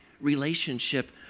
relationship